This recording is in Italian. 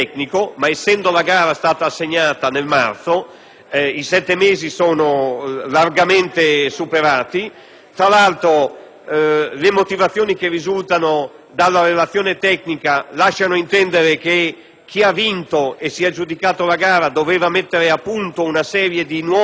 le motivazioni che risultano dalla relazione tecnica lasciano intendere che chi va vinto e si è aggiudicato la gara doveva mettere a punto una serie di nuovi requisiti. Resta quindi il dubbio se li aveva o no per poter vincere la gara, ma soprattutto rimane il tema